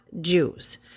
Jews